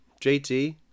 JT